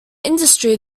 industry